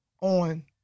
on